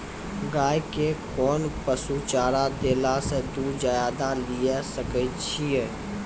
गाय के कोंन पसुचारा देला से दूध ज्यादा लिये सकय छियै?